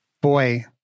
boy